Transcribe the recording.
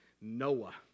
Noah